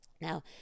Now